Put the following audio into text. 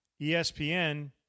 ESPN